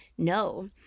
No